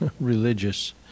religious